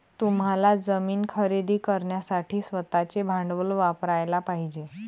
तुम्हाला जमीन खरेदी करण्यासाठी स्वतःचे भांडवल वापरयाला पाहिजे